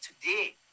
today